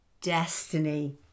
destiny